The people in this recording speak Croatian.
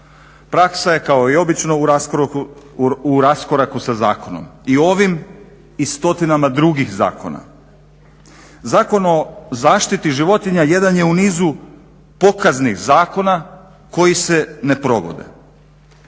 Praksa je kao i obično u raskoraku sa zakonom i ovim i stotinama drugih zakona. Zakon o zaštiti životinja jedan je u nizu pokaznih zakona koji se ne provode.